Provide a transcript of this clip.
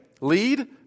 lead